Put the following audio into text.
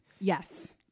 yes